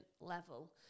level